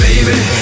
Baby